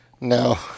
No